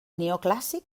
neoclàssic